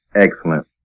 excellent